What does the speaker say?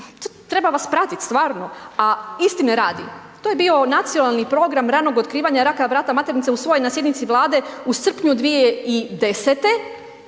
treba vas pratit stvarno, a istine radi, to je bio nacionalni program ranog otkrivanja raka vrata maternice usvojen na sjednici Vlade u srpnju 2010.,